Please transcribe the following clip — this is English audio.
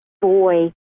boy